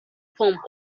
pump